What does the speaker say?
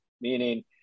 meaning